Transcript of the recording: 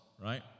right